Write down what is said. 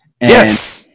Yes